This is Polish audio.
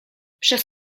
przez